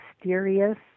mysterious